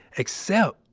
except,